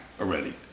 already